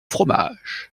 fromage